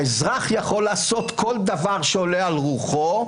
האזרח יכול לעשות כל דבר העולה על רוחו,